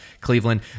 Cleveland